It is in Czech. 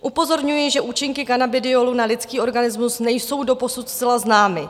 Upozorňuji, že účinky kanabidiolu na lidský organismus nejsou doposud zcela známy.